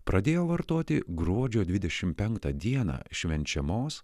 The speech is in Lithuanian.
pradėjo vartoti gruodžio dvidešim penktą dieną švenčiamos